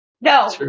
No